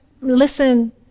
listen